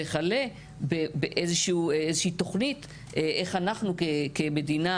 וכלה באיזושהי תוכנית איך אנחנו כמדינה